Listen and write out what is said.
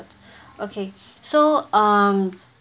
okay so um